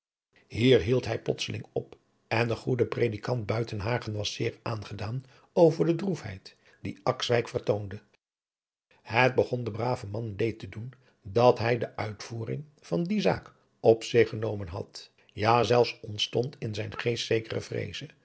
hier hield hij plotseling op en de goede predikant buitenhagen was zeer aangedaan over de droefheid die akswijk vertoonde het begon den braven man leed te doen dat hij de uitvoering van die zaak op zich genomen had ja zelfs ontstond in zijn geest zekere vreeze